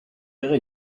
ihre